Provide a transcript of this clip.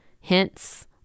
Hence